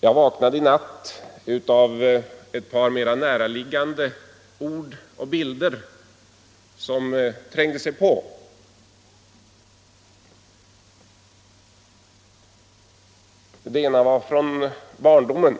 Jag vaknade i natt av att ett par mera närliggande ord och bilder trängde sig på. Som barn